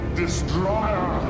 destroyer